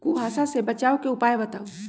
कुहासा से बचाव के उपाय बताऊ?